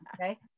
okay